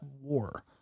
war